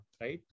right